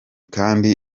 kandi